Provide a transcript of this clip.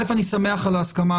ראשית, אני שמח על ההסכמה.